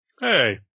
Hey